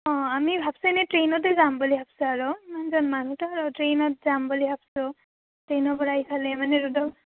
অঁ আমি ভাবিছো এনেই ট্ৰেইনতে যাম বুলি ভাবিছো আৰু ইমানজন মানুহতো আৰু ট্ৰেইনত যাম বুলি ভাবিছোঁ ট্ৰেইনৰ পৰা ইফালে মানে ৰ'ডক